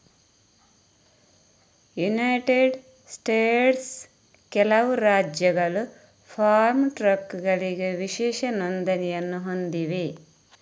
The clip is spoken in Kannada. ಯುನೈಟೆಡ್ ಸ್ಟೇಟ್ಸ್ನ ಕೆಲವು ರಾಜ್ಯಗಳು ಫಾರ್ಮ್ ಟ್ರಕ್ಗಳಿಗೆ ವಿಶೇಷ ನೋಂದಣಿಯನ್ನು ಹೊಂದಿವೆ